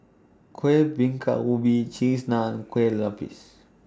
Kuih Bingka Ubi Cheese Naan Kue Lupis